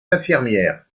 infirmière